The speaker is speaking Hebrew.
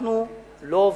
אנחנו לא עובדים.